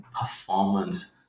performance